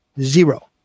Zero